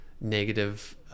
negative